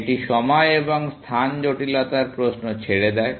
এটি সময় এবং স্থান জটিলতার প্রশ্ন ছেড়ে দেয়